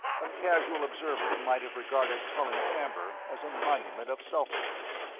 a casual observer might have regarded colin camber as a monument of selfishness.